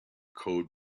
code